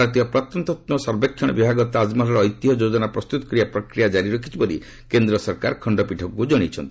ଭାରତୀୟ ପ୍ରତ୍ନତତ୍ତ୍ୱ ସର୍ବେକ୍ଷଣ ବିଭାଗ ତାଜମହଲର ଐତିହ୍ୟ ଯୋଜନା ପ୍ରସ୍ତୁତ କରିବା ପ୍ରକ୍ରିୟା ଜାରି ରଖିଛି ବୋଲି କେନ୍ଦ୍ର ସରକାର ଖଣ୍ଡପୀଠଙ୍କୁ ଜଣାଇଛନ୍ତି